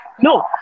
No